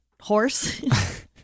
horse